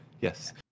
yes